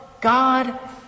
God